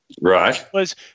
Right